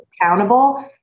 accountable